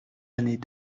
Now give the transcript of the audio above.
années